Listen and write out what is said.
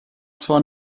zwar